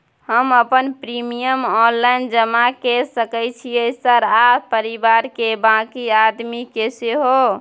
हम अपन premium online जमा के सके छियै सर आ परिवार के बाँकी आदमी के सेहो?